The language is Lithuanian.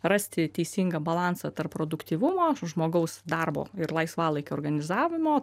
rasti teisingą balansą tarp produktyvumo žmogaus darbo ir laisvalaikio organizavimo